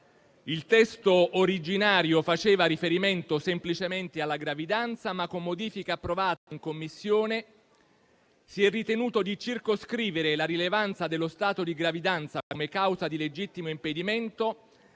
Il testo originario faceva riferimento semplicemente alla gravidanza, ma con modifiche approvate in Commissione, si è ritenuto di circoscrivere la rilevanza dello stato di gravidanza come causa di legittimo impedimento